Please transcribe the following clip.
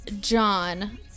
John